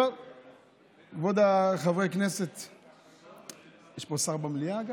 אבל המציאות היא שמי שיזם את המחשבה הזו היא אילת שקד,